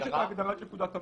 יש את ההגדרה של פקודת המכס,